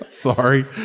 Sorry